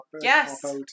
Yes